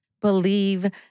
Believe